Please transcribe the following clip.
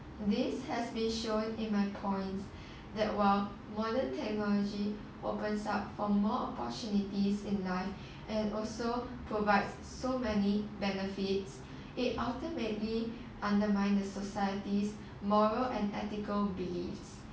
this has been shown in my points that while modern technology opens up for more opportunities in life and also provides so many benefits it ultimately undermined the society's moral and ethical beliefs